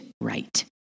right